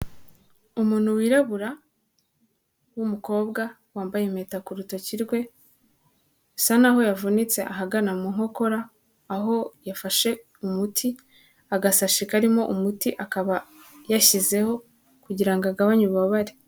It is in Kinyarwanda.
Umuntu wirabura w'umukobwa wambaye impeta ku rutoki rwe, bisa naho yavunitse ahagana mu nkokora aho yafashe umuti, agasashi karimo umuti akaba yashyizeho kugirango agabanye ububabare.